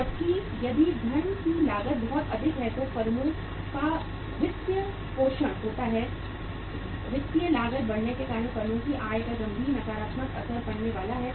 जबकि यदि धन की लागत बहुत अधिक है तो फर्मों का वित्त पोषण होता है वित्तीय लागत बढ़ने के कारण फर्मों की आय पर गंभीर नकारात्मक असर पड़ने वाला है